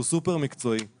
שהוא סופר מקצועי,